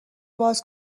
باز